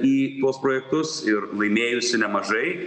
į tuos projektus ir laimėjusi nemažai